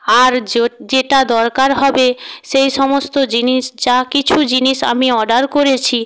আর যেটা দরকার হবে সেই সমস্ত জিনিস যা কিছু জিনিস আমি অর্ডার করেছি